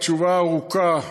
ההצעה היא להסתפק בתשובה הארוכה,